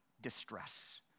distress